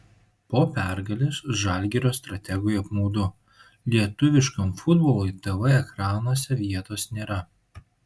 po pergalės žalgirio strategui apmaudu lietuviškam futbolui tv ekranuose vietos nėra